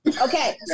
Okay